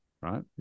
right